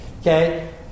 Okay